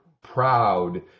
proud